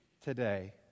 today